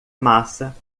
massa